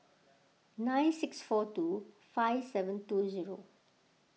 nine six four two five seven two zero